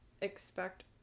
expect